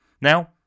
now